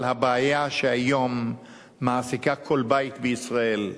אבל הבעיה שהיום מעסיקה כל בית בישראל,